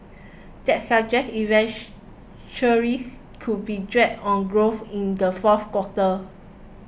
that suggests inventories could be drag on growth in the fourth quarter